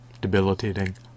debilitating